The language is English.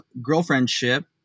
Girlfriendship